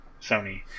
Sony